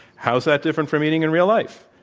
how is that different from meeting in real life?